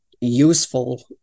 useful